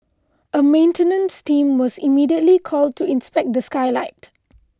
a maintenance team was immediately called in to inspect the skylight